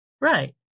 Right